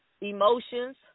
emotions